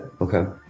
okay